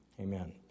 amen